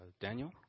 Daniel